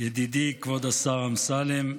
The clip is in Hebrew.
ידידי כבוד השר אמסלם,